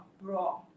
raw